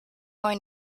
going